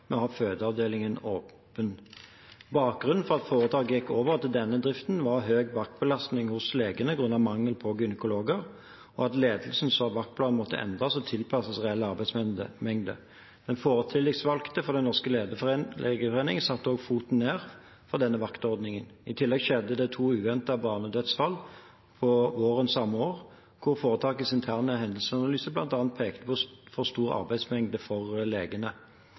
å ha fødeavdelingen åpen. Bakgrunnen for at foretaket gikk over til denne driften, var høy vaktbelastning hos legene grunnet mangel på gynekologer og at ledelsen så at vaktplanen måtte endres og tilpasses reell arbeidsmengde. Den forrige tillitsvalgte for Den norske legeforening satte også foten ned for denne vaktordningen. I tillegg skjedde det to uventede barnedødsfall på våren samme år, hvor foretakets interne hendelsesanalyse bl.a. pekte på for stor arbeidsmengde for legene.